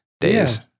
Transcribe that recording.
Days